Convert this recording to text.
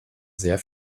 sehr